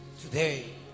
today